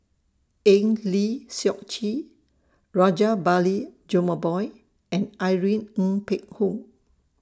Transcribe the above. Eng Lee Seok Chee Rajabali Jumabhoy and Irene Ng Phek Hoong